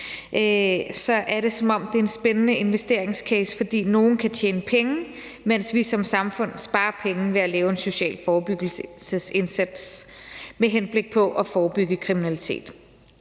er det, som om det er en spændende investeringscase, fordi nogle kan tjene penge, mens vi som samfund sparer penge ved at lave en social forebyggelsesindsats med henblik på at forebygge kriminalitet.